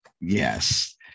Yes